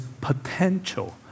potential